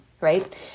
right